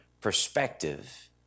perspective